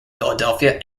philadelphia